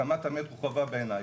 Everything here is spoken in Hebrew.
הקמת המטרו חובה בעיניי,